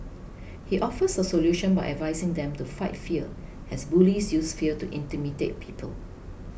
he offers a solution by advising them to fight fear as bullies use fear to intimidate people